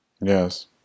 Yes